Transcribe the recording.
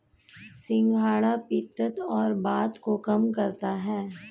सिंघाड़ा पित्त और वात को कम करता है